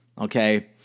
okay